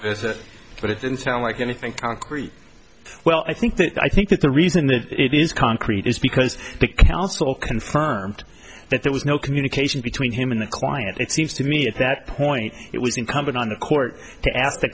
never but it didn't sound like anything concrete well i think that i think that the reason that it is concrete is because the council confirmed that there was no communication between him and the client it seems to me at that point it was incumbent on the court to ask the